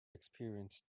experienced